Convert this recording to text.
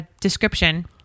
description